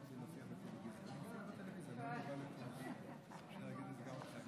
תברך חברת הכנסת